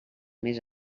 més